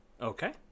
Okay